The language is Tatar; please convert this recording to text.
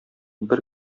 бер